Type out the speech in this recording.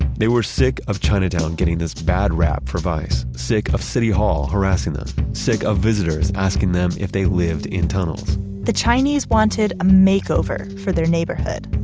they were sick of chinatown getting this bad rep for vice, sick of city hall harassing them, sick of visitors asking them if they lived in tunnels the chinese wanted a makeover for their neighborhood.